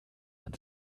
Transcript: man